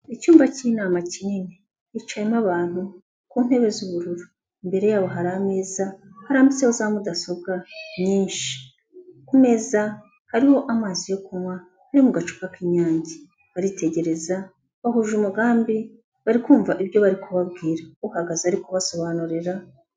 Icyumba cy'inama kinini, hicayemo abantu ku ntebe z'ubururu, imbere yabo hari ameza harambitseho za mudasobwa nyinshi, ku meza hariho amazi yo kunywa no mu gacupa k'Inyange, baritegereza, bahuje umugambi, bari kumva ibyo bari kubabwira, uhagaze ari kubasobanurira.